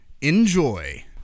enjoy